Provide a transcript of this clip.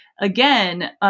Again